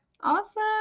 Awesome